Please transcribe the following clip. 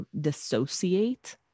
dissociate